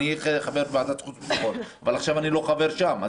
אני חבר ועדת חוץ וביטחון אבל עכשיו אני לא חבר שם.